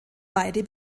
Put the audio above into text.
beide